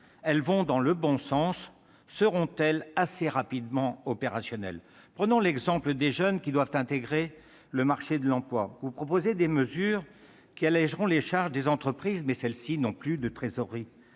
qui vont dans le bon sens. Seront-elles assez rapidement opérationnelles ? Prenons l'exemple des jeunes censés intégrer le marché de l'emploi. Vous avancez des mesures visant à alléger les charges des entreprises. Mais celles-ci n'ont plus de trésorerie